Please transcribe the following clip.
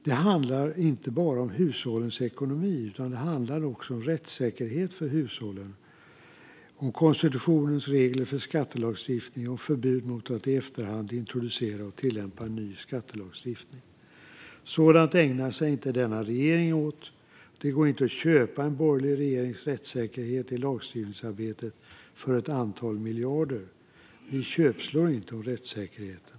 Det handlar alltså inte bara om hushållens ekonomi, utan det handlar också om rättssäkerheten för hushållen - om konstitutionens regler för skattelagstiftning och förbud mot att i efterhand introducera och tillämpa en ny skattelagstiftning. Sådant ägnar sig inte denna regering åt. Det går inte att köpa en borgerlig regerings rättssäkerhet i lagstiftningsarbetet för ett antal miljarder. Vi köpslår inte om rättssäkerheten.